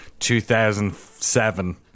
2007